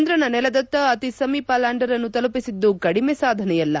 ಚಂದ್ರನ ನೆಲದತ್ತ ಅತಿ ಸಮೀಪ ಲ್ಯಾಂಡರ್ ಅನ್ನು ತಲುಪಿಸಿದ್ದು ಕಡಿಮೆ ಸಾಧನೆಯಲ್ಲ